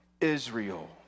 Israel